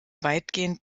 weitgehend